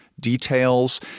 details